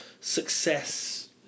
success